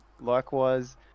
likewise